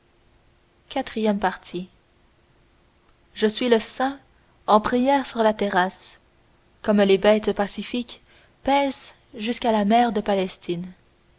iv je suis le saint en prière sur la terrasse comme les bêtes pacifiques paissent jusqu'à la mer de palestine